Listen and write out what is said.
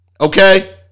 Okay